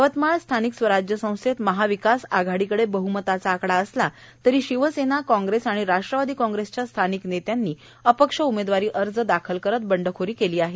यवतमाळ स्थानिक स्वराज्य संस्थेत महाविकास आधाडीकडे बह्मताचा आकडा असला तरी शिवसेना काँग्रेस आणि राष्ट्रवादी काँग्रेसच्या स्थानिक नेत्यांनी अपक्ष उमेदवारी अर्ज दाखल करीत बंडखोरी केली आहे